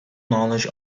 knowledge